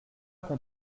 qu’on